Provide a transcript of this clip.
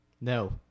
No